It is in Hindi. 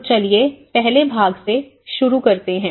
तो चलिए पहला भाग शुरू करते हैं